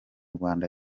rwanda